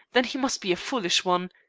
then he must be a foolish one.